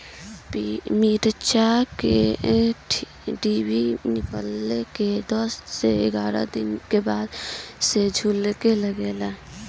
मिरचा क डिभी निकलले के दस से एग्यारह दिन बाद उपर से झुके लागेला?